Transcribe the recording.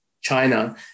China